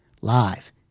live